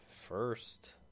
first